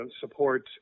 support